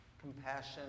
compassion